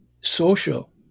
social